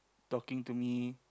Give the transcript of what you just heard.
talking to me